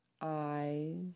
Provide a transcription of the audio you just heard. eyes